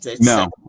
no